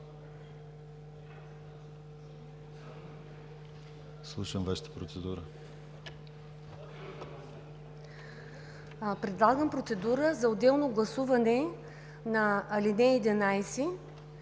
Предлагам процедура за отделно гласуване на ал. 11